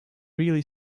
really